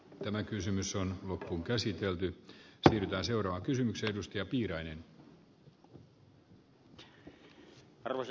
tämä kysymys on loppuunkäsitelty tehdään seuraava kysymys arvoisa puhemies